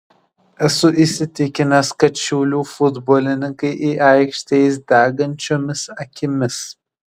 esu įsitikinęs kad šiaulių futbolininkai į aikštę eis degančiomis akimis